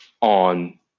on